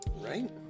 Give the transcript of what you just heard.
Right